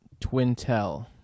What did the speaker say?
Twintel